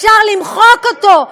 אפשר למחוק אותו.